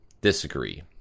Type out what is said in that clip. disagree